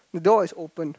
the door is open